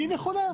היא נכונה,